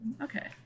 okay